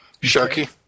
Sharky